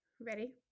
Ready